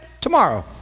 Tomorrow